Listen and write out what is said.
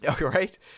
Right